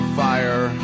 fire